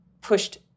pushed